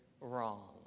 wrong